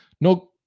No